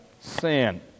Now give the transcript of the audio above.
sin